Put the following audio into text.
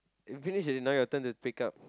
finish already now your turn to pick up